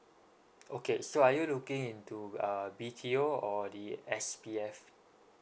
okay so are you looking into uh B_T_O or the S_B_F